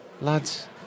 lads